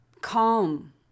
calm